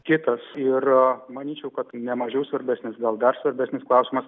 kitas ir manyčiau kad ne mažiau svarbesnis gal dar svarbesnis klausimas